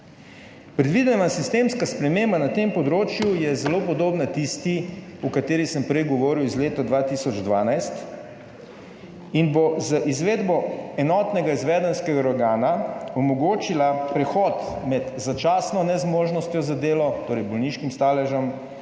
Predvidena sistemska sprememba na tem področju je zelo podobna tisti, o katerih sem prej govoril, iz leta 2012 in bo z izvedbo enotnega izvedenskega organa omogočila prehod med začasno nezmožnostjo za delo, torej bolniškim staležem